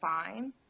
fine